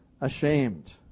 ashamed